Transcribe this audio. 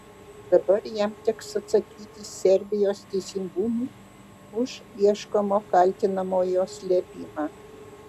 dabar jam teks atsakyti serbijos teisingumui už ieškomo kaltinamojo slėpimą